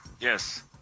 Yes